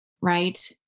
right